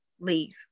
leave